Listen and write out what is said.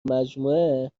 مجموعه